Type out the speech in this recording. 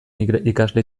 ikasle